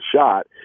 shot